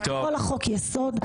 לקרוא לה חוק יסוד,